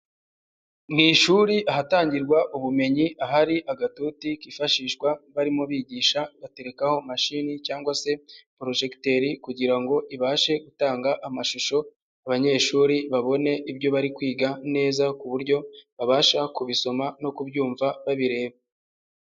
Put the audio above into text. Mu ishuri ahatangirwa ubumenyi, ahari agatoti kifashishwa barimo bigisha baterekaho mashini cyangwa se porojegiteri kugira ngo ibashe gutanga amashusho, abanyeshuri babone ibyo bari kwiga neza ku buryo babasha kubisoma no kubyumva babireba.